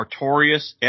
Artorias